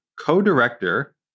co-director